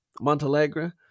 Montalegre